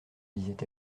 disait